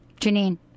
Janine